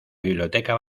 biblioteca